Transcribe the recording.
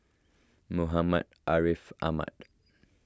Muhammad Ariff Ahmad